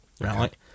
right